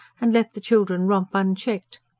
and let the children romp unchecked.